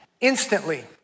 instantly